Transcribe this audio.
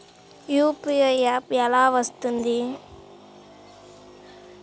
UPI app ఎలా వస్తుంది?